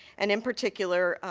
and in particular,